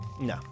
No